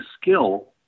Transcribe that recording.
skill